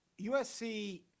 USC